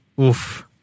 oof